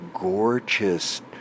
gorgeous